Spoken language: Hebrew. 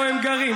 איפה הם גרים?